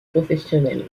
professionnelle